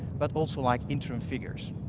but also like interim figures.